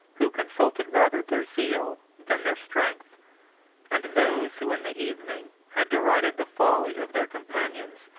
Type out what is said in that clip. who consulted rather their zeal than their strength and those who in the evening had derided the folly of their companions,